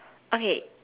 okay